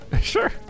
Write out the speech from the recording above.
Sure